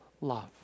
love